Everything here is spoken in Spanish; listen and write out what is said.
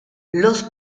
los